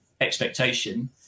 expectation